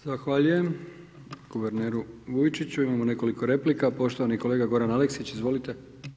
Zahvaljujem guverneru Vujčiću, imamo nekoliko replika, poštovani kolega Goran Aleksić, izvolite.